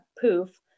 poof